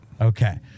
Okay